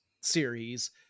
series